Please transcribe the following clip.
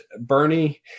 Bernie